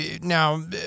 Now